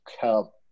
help